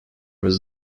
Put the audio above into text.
was